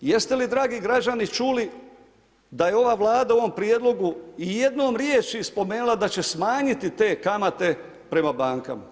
Jeste li, dragi građani, čuli da je ova Vlada u ovom Prijedlogu ijednom riječji spomenula da će smanjiti te kamate prema bankama.